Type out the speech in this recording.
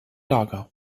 lager